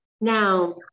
Now